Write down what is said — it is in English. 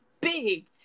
big